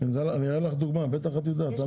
יש תוספת מחיר.